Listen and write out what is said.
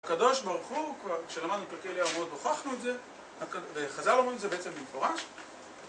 הקדוש ברוך הוא, כשלמדנו פרקי אליהו מאוד הוכחנו את זה, וחז"ל אומרים את זה בעצם במפורש